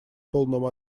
полному